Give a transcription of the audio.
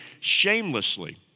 shamelessly